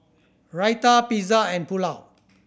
Raita Pizza and Pulao